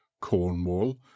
cornwall